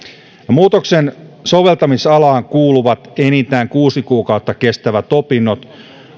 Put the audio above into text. muutoksen soveltamisalaan kuuluvat enintään kuusi kuukautta kestävät opinnot